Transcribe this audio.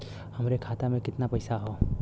हमरे खाता में कितना पईसा हौ?